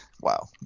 Wow